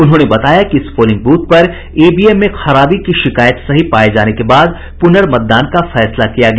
उन्होंने बताया कि इस पोलिंग बूथ पर ईवीएम में खराबी की शिकायत सही पाये जाने के बाद पुनर्मतदान का फैसला किया गया